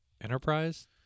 Enterprise